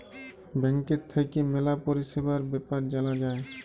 ব্যাংকের থাক্যে ম্যালা পরিষেবার বেপার জালা যায়